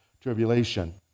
tribulation